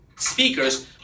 speakers